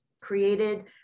created